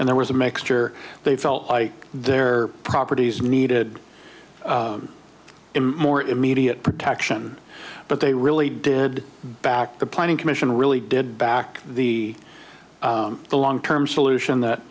and there was a mixture they felt like their properties needed in more immediate protection but they really did back the planning commission really did back the long term solution that